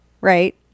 right